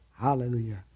hallelujah